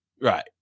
Right